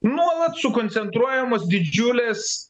nuolat sukoncentruojamos didžiulės